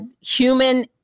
human